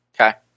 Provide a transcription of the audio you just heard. Okay